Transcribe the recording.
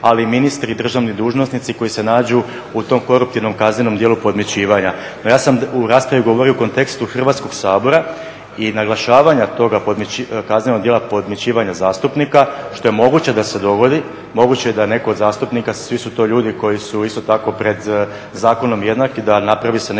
ali i ministri, državni dužnosnici koji se nađu u tom koruptivnom kaznenom djelu podmićivanja. Ja sam u raspravi govorio u kontekstu Hrvatskog sabora i naglašavanja toga kaznenog djela podmićivanja zastupnika što je moguće da se dogodi, moguće je da netko od zastupnika, svi su to ljudi koji su isto tako pred zakonom jednaki, da napravi se nešto